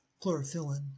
chlorophyllin